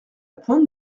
pointe